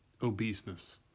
obeseness